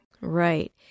Right